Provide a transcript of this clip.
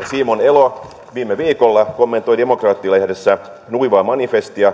ja simon elo viime viikolla kommentoi demokraatti lehdessä nuivaa manifestiä